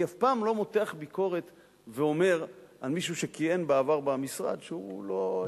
אני אף פעם לא מותח ביקורת ואומר על מישהו שכיהן בעבר במשרד שהוא לא,